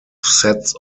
sets